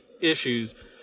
issues